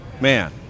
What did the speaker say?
man